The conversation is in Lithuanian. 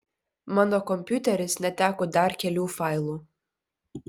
mano kompiuteris neteko dar kelių failų